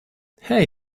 hey